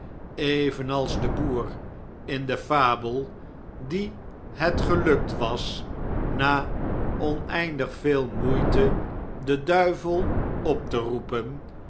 evenals de boer in de fabel dien het gelukt was na oneindig veel moeite den duivel op te roepen